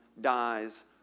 dies